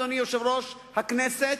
אדוני יושב-ראש הכנסת,